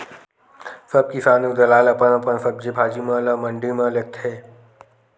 सब किसान अऊ दलाल अपन अपन सब्जी भाजी म ल मंडी म लेगथे